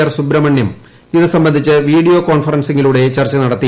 R Subrahmanyam ഇതു സംബന്ധിച്ച് video കോൺഫറൻസിംഗിലൂടെ ചർച്ച നടത്തി